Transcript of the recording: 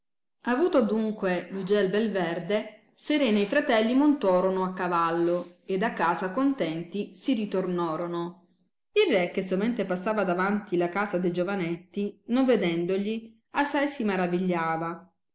avuto dunque l ugel bel verde serena e i fratelli montorono a cavallo ed a casa contenti si ritornorono il re che sovente passava davanti la casa de giovanetti non vedendogli assai si maravigliava